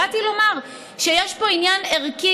באתי לומר שיש פה עניין ערכי,